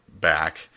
back